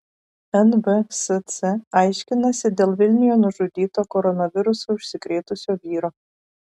nvsc aiškinasi dėl vilniuje nužudyto koronavirusu užsikrėtusio vyro